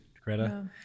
Greta